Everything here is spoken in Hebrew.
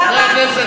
למה?